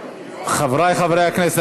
חברי חברי הכנסת,